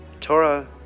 Torah